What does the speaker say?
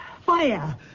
Fire